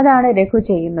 അതാണ് രഘു ചെയ്യുന്നത്